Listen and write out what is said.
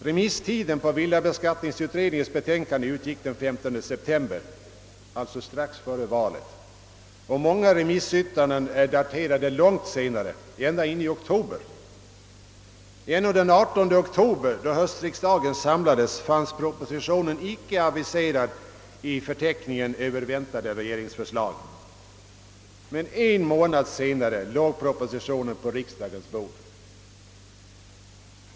Remisstiden för villabeskattningsutredningens betänkande utgick den 15 september — alltså strax före valet — men många remissyttranden är daterade långt senare, ända in i oktober. ännu den 18 oktober, då höstriksdagen samlades, fanns propositionen icke aviserad i förteckningen över väntade regeringsförslag. En månad senare låg propositionen på riksdagens bord.